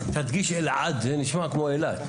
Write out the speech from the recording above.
תדגיש אלעד, זה נשמע כמו אילת.